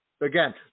again